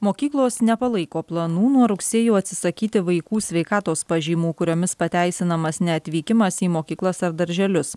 mokyklos nepalaiko planų nuo rugsėjo atsisakyti vaikų sveikatos pažymų kuriomis pateisinamas neatvykimas į mokyklas ar darželius